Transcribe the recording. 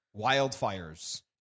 Wildfires